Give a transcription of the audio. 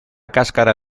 cáscara